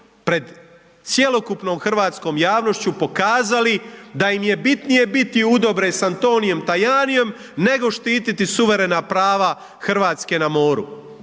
pred cjelokupnom hrvatskom javnošću pokazali da im je bitnije biti u dobre sa Antonijem Tajanijem, nego štititi suverena prava RH na moru